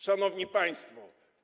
Szanowni Państwo!